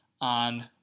on